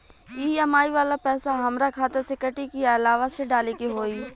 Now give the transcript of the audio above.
EMI वाला पैसा हाम्रा खाता से कटी की अलावा से डाले के होई?